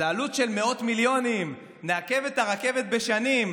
זה עלות של מאות מיליונים, נעכב את הרכבת בשנים.